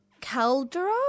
Caldera